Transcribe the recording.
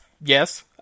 Yes